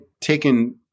taken